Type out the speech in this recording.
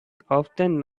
often